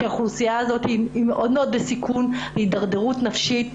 כי האוכלוסייה הזאת בסיכון להידרדרות נפשית,